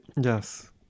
Yes